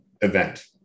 event